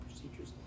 procedures